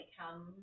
come